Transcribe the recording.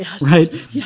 right